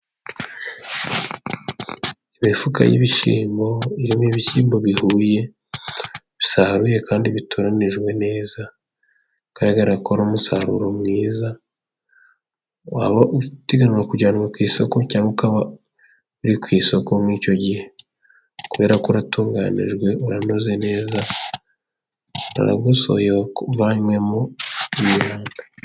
Imifuka y'ibishyimbo irimo ibishyimbo bihuye, bisaruye kandi bitoranijwe neza. Bigaragara ko ari umusaruro mwiza, waba uteganywa kujyanwa ku isoko cyangwa ukaba uri ku isoko muri icyo gihe , kubera ko uratunganijwe, uranoze neza, uragosoye, uvanywemo imyanda.